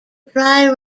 dry